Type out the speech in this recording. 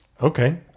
Okay